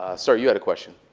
sir, you had a question.